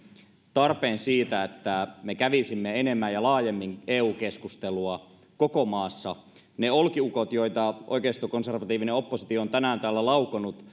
tarpeen että me kävisimme enemmän ja laajemmin eu keskustelua koko maassa ne olkiukot joita oikeistokonservatiivinen oppositio on tänään täällä laukonut